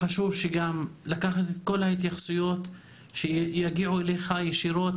חשוב לקחת את כל ההתייחסויות שיגיעו אליך ישירות,